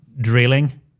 drilling